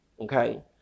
okay